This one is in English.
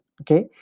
okay